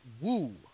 woo